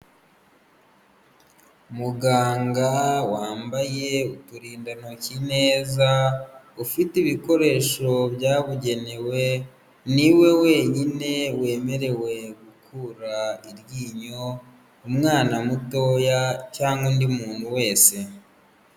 Muganga wambaye uturindantoki neza ufite ibikoresho byabugenewe niwe wenyine wemerewe gukura iryinyo umwana mutoya cyangwa undi muntu wese.